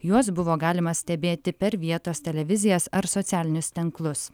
juos buvo galima stebėti per vietos televizijas ar socialinius tinklus